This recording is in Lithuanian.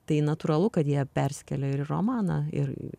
tai natūralu kad jie perskelia ir romaną ir